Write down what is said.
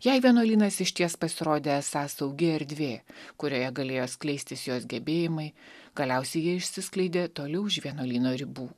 jai vienuolynas išties pasirodė esąs saugi erdvė kurioje galėjo skleistis jos gebėjimai galiausiai jie išsiskleidė toli už vienuolyno ribų